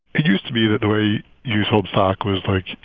it used to be that the way you sold stock was, like,